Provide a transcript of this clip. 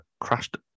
crashed